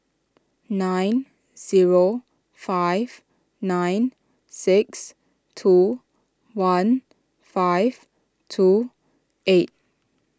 nine zero five nine six two one five two eight